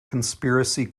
conspiracy